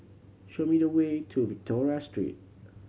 show me the way to Victoria Street